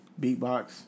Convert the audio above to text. beatbox